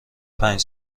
پنج